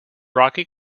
rocky